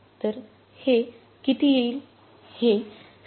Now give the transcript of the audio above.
तर हे किती येईल